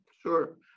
Sure